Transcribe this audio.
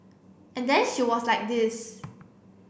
and then she was like this